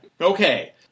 Okay